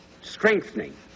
strengthening